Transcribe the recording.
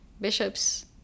bishops